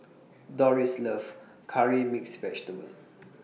Doris loves Curry Mixed Vegetable